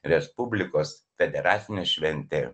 respublikos federacinė šventė